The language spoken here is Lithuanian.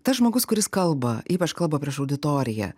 tas žmogus kuris kalba ypač kalba prieš auditoriją